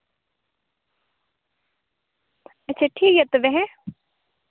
ᱟᱪᱪᱷᱟ ᱴᱷᱤᱠ ᱜᱮᱭᱟ ᱛᱚᱵᱮ ᱦᱮᱸ